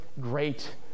great